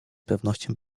pewnością